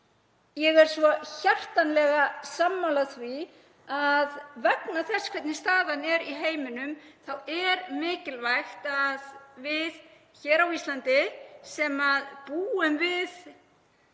Ég er hjartanlega sammála því að vegna þess hvernig staðan er í heiminum er mikilvægt að við hér á Íslandi, sem búum við